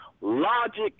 logic